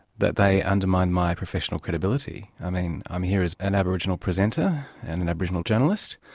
that they undermine my professional credibility. i mean, i'm here as an aboriginal presenter, and an aboriginal journalist,